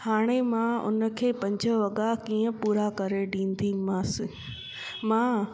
हाणे मां उनखे पंज वॻा कीअं पूरा करे ॾींदीमांसि मां